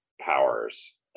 powers